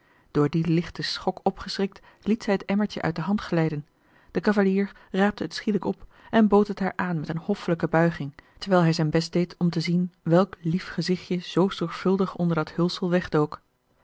door dien lichten schok opgeschrikt liet zij het emmertje uit de hand glijden de cavalier raapte het schielijk op en bood het haar aan met eene hoffelijke buiging terwijl hij zijn best deed om te zien welk lief gezichtje zoo zorgvuldig onder dat hulsel wegdook